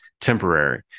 temporary